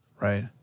Right